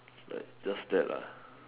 like just that lah